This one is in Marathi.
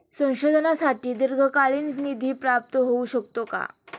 संशोधनासाठी दीर्घकालीन निधी प्राप्त होऊ शकतो का?